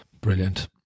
Brilliant